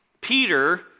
Peter